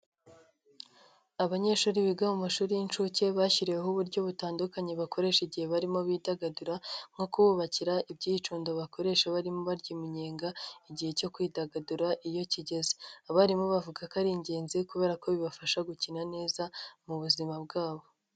Abanyeshuri biga mu mashuri y'inshuke bashyiriweho uburyo butandukanye bakoresha igihe barimo bidagadura nko kububakira ibyicundo bakoresha barimo barya iminyenga igihe cyo kwidagadura iyo kigeze, abarimu bavuga ko ari ingenzi kubera ko bibafasha gukina neza mu buzima bwabo.